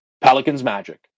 Pelicans-Magic